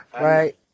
right